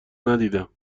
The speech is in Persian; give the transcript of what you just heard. ندیدم